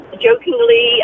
jokingly